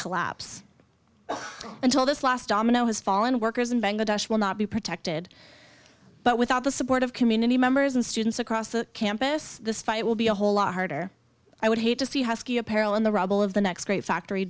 collapse until this last domino has fallen workers in bangladesh will not be protected but without the support of community members and students across the campus this fight will be a whole lot harder i would hate to see how ski apparel in the rubble of the next great factory